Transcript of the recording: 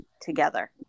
together